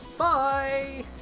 Bye